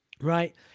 right